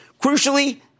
Crucially